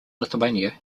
lithuania